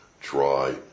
try